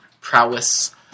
prowess